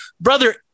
Brother